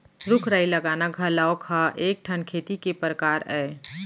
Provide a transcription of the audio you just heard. रूख राई लगाना घलौ ह एक ठन खेती के परकार अय